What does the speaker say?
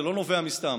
זה לא נובע מסתם.